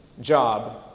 job